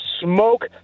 smoke